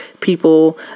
people